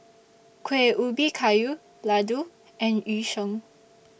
Kueh Ubi Kayu Laddu and Yu Sheng